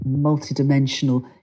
multidimensional